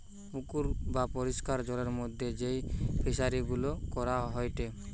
পুকুর বা পরিষ্কার জলের মধ্যে যেই ফিশারি গুলা করা হয়টে